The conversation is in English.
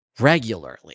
regularly